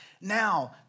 Now